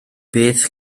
beth